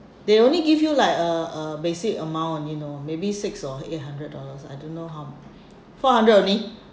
they only give you like a a basic amount only you know maybe six or eight hundred dollars I don't know how much four hundred only